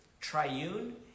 triune